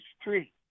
street